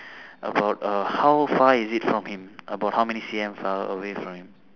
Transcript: about uh how far is it from him about how many C_M err away from him